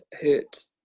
hurt